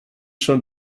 schon